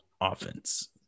offense